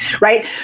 right